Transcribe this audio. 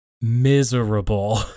miserable